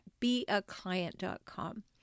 Beaclient.com